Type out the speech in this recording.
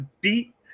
beat